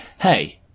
hey